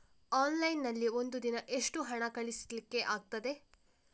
Online ನಲ್ಲಿ ಒಂದು ದಿನ ಎಷ್ಟು ಹಣ ಕಳಿಸ್ಲಿಕ್ಕೆ ಆಗ್ತದೆ?